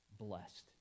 blessed